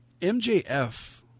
MJF